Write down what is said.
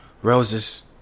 Roses